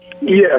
Yes